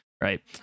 right